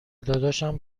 داداشم